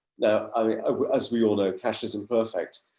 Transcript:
now, as we all know, cash is imperfect,